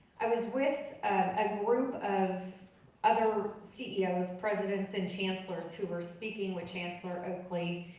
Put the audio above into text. i was with a group of other ceos, presidents, and chancellors who were speaking with chancellor oakley,